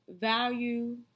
value